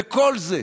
וכל זה,